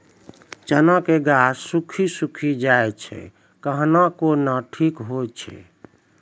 चना के गाछ सुखी सुखी जाए छै कहना को ना ठीक हो छै?